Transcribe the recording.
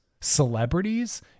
celebrities